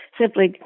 simply